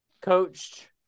coached